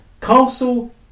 Castle